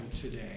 today